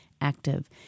active